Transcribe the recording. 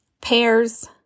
pears